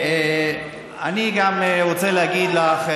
ואני גם רוצה להגיד לך,